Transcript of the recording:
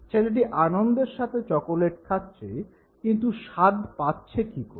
ছেলেটি আনন্দের সাথে চকোলেট খাচ্ছে কিন্তু স্বাদ পাচ্ছে কী করে